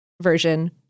version